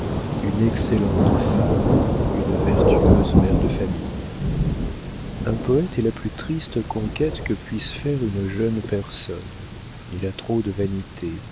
une excellente femme une vertueuse mère de famille un poëte est la plus triste conquête que puisse faire une jeune personne il a trop de vanités